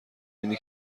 اینه